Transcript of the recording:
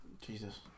Jesus